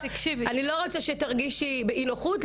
אני לא רוצה שתרגישי אי נוחות.